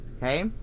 okay